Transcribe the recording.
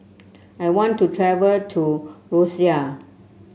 I want to travel to Roseau